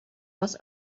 was